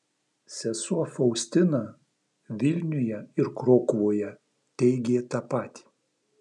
sesuo faustina vilniuje ir krokuvoje teigė tą patį